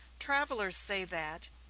travelers say that,